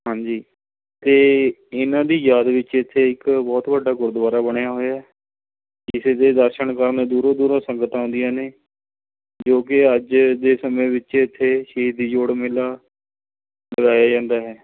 ਹਾਂਜੀ ਅਤੇ ਇਹਨਾਂ ਦੀ ਯਾਦ ਵਿੱਚ ਇੱਥੇ ਇੱਕ ਬਹੁਤ ਵੱਡਾ ਗੁਰਦੁਆਰਾ ਬਣਿਆ ਹੋਇਆ ਇਸ ਦੇ ਦਰਸ਼ਨ ਕਰਨੇ ਦੂਰੋਂ ਦੂਰੋਂ ਸੰਗਤਾਂ ਆਉਂਦੀਆਂ ਨੇ ਜੋ ਕਿ ਅੱਜ ਜਿਸ ਸਮੇਂ ਵਿੱਚ ਇੱਥੇ ਸ਼ਹੀਦੀ ਜੋੜ ਮੇਲਾ ਕਰਾਇਆ ਜਾਂਦਾ ਹੈ